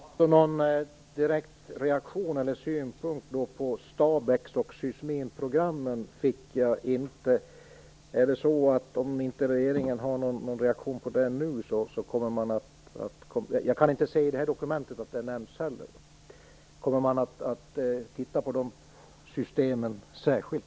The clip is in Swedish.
Fru talman! Någon direkt reaktion eller synpunkt på STABEX och SYSMIN-programmen fick jag inte. Jag kan inte se att det nämns i dokumentet i fråga heller. Kommer man att titta på de här systemen särskilt?